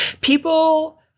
People